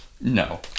No